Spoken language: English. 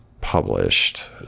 published